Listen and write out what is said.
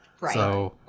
Right